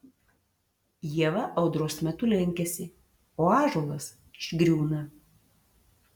ieva audros metu lenkiasi o ąžuolas išgriūna